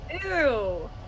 ew